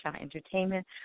Entertainment